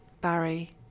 Barry